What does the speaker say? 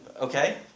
Okay